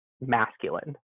masculine